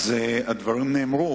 הדברים נאמרו.